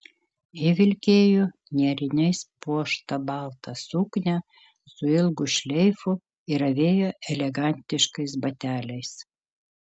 ji vilkėjo nėriniais puoštą baltą suknią su ilgu šleifu ir avėjo elegantiškais bateliais